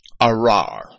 Arar